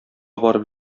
барып